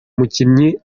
mukinyi